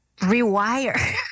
rewire